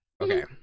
okay